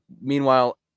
meanwhile